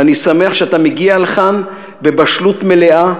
ואני שמח שאתה מגיע לכאן בבשלות מלאה,